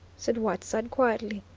said whiteside quietly.